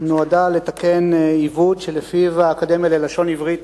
נועדה לתקן עיוות שלפיו האקדמיה ללשון עברית